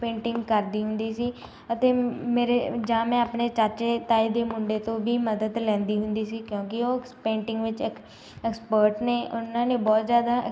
painting ਕਰਦੀ ਹੁੰਦੀ ਸੀ ਅਤੇ ਮੇਰੇ ਜਾਂ ਮੈਂ ਆਪਣੇ ਚਾਚੇ ਤਾਏ ਦੇ ਮੁੰਡੇ ਤੋਂ ਵੀ ਮਦਦ ਲੈਂਦੀ ਹੁੰਦੀ ਸੀ ਕਿਉਂਕਿ ਉਹ ਐਕਸ ਪੇਂਟਿੰਗ ਵਿੱਚ ਐਕ ਐਕਸਪਰਟ ਨੇ ਉਹਨਾਂ ਨੇ ਬਹੁਤ ਜ਼ਿਆਦਾ